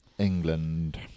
England